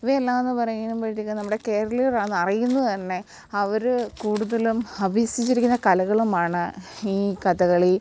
ഇവയെല്ലാമെന്ന് പറയുമ്പോഴത്തേക്ക് നമ്മുടെ കേരളീയർ ആണെന്ന് അറിയുന്നതുതന്നെ അവർ കൂടുതലും അഭ്യസിച്ചിരിക്കുന്ന കലകളുമാണ് ഈ കഥകളി